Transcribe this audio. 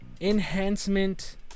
enhancement